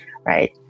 right